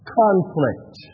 conflict